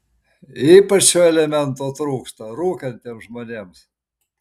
ypač šio elemento trūksta rūkantiems žmonėms